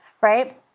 right